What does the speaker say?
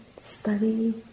study